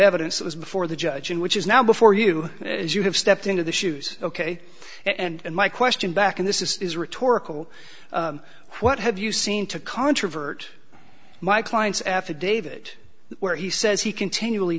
evidence that was before the judge and which is now before you as you have stepped into the shoes ok and my question back in this is rhetorical what have you seen to controvert my client's affidavit where he says he continually